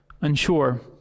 unsure